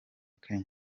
kenya